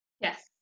Yes